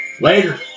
Later